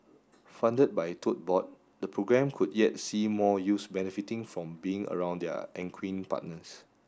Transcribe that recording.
funded by Tote Board the programme could yet see more youths benefiting from being around their equine partners